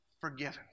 forgiven